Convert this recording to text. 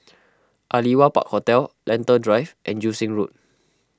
Aliwal Park Hotel Lentor Drive and Joo Seng Road